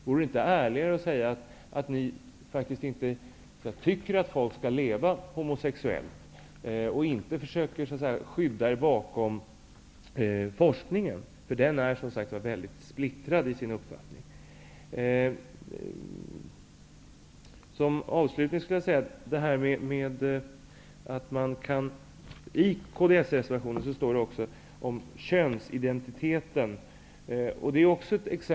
Vore det inte ärligare att säga att ni faktiskt inte tycker att folk skall leva homosexuellt, i stället att försöka skydda er bakom forskningen, för den är som sagt väldigt splittrad i sin uppfattning? I kds-reservationen talas det om könsidentiteten.